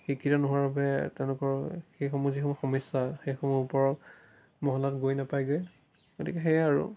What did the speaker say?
শিক্ষিত নোহোৱাৰ বাবে তেওঁলোকৰ সেইসমূহ যিসমূহ সমস্যা সেইসমূহ ওপৰৰ মহলাত গৈ নাপায়গৈ গতিকে সেয়াই আৰু